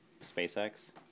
SpaceX